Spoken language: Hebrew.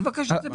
אני מבקש את זה.